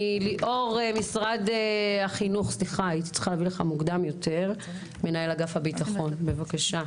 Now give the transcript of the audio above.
ליאור ממשרד החינוך, מנהל אגף הביטחון, בבקשה.